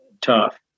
tough